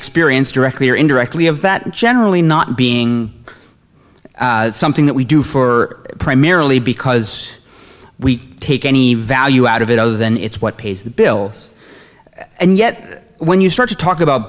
experience directly or indirectly of that generally not being something that we do for primarily because we take any value out of it other than it's what pays the bills and yet when you start to talk about